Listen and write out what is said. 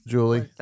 Julie